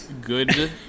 good